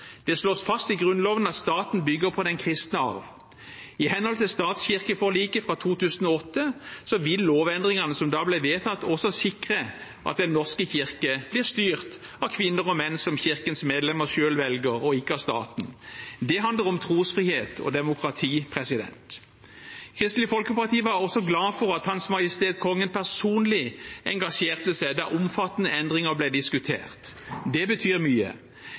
Det slås fast i Grunnloven at staten bygger på den kristne arv. I henhold til stat/kirke-forliket fra 2008 vil lovendringene som da ble vedtatt, også sikre at Den norske kirke blir styrt av kvinner og menn som Kirkens medlemmer selv velger, ikke av staten. Det handler om trosfrihet og demokrati. Kristelig Folkeparti var også glad for at Hans Majestet Kongen personlig engasjerte seg da omfattende endringer ble diskutert. Det betyr mye.